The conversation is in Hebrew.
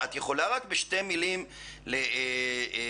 את יכולה לספר לנו בשתי מילים על הניסיון